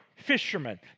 fishermen